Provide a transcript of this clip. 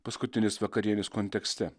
paskutinės vakarienės kontekste